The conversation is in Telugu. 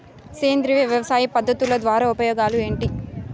సేంద్రియ వ్యవసాయ పద్ధతుల ద్వారా ఉపయోగాలు ఏంటి?